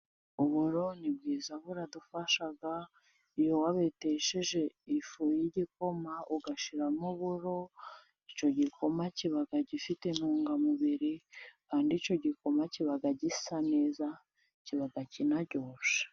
Uburo ni bwiza buradufasha iyo wabetesheje ifu y'igikoma, ugashiramo uburo, icyo gikoma kiba gifite intungamubiri kandi icyo gikoma kiba gisa neza kiba kinaryoshye.